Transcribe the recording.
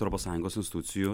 europos sąjungos institucijų